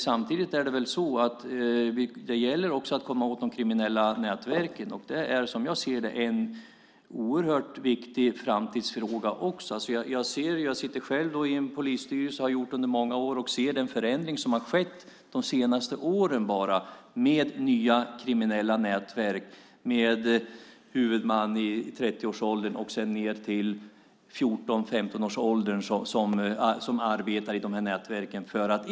Samtidigt gäller det att komma åt de kriminella nätverken. Det är en oerhört viktig framtidsfråga. Jag sitter sedan många år i en polisstyrelse. Jag ser den förändring som har skett de senaste åren med nya kriminella nätverk. Huvudmannen kan vara i 30-årsåldern, och sedan kan åldern på övriga som arbetar i nätverken vara 14-15.